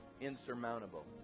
insurmountable